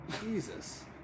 Jesus